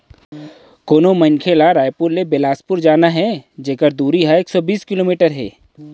कोनो मनखे ल रइपुर ले बेलासपुर जाना हे जेकर दूरी ह एक सौ बीस किलोमीटर हे